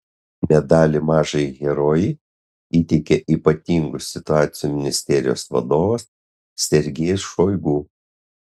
medalį mažajai herojei įteikė ypatingų situacijų ministerijos vadovas sergejus šoigu